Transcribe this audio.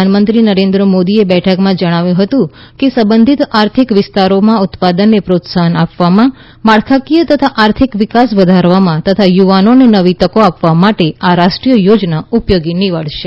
પ્રધાનમંત્રી નરેન્દ્ર મોદીએ બેઠકમાં જણાવ્યું હતું કે સંબંધિત આર્થિક વિસ્તારોમાં ઉત્પાદનને પ્રોત્સાહન આપવામાં માળખાકીય તથા આર્થિક વિકાસ વધારવામાં તથા યુવાનોને નવી તકો આપવા માટે આ રાષ્ટ્રીય યોજના ઉપયોગી નીવડશે